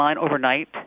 overnight